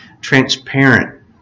transparent